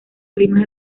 climas